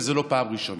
וזו לא פעם ראשונה,